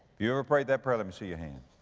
you ever prayed that prayer, let me see your hand?